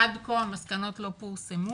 עד כה המסקנות לא פורסמו